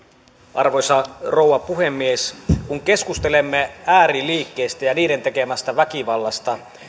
arvoisa rouva puhemies kun keskustelemme ääriliikkeistä ja niiden tekemästä väkivallasta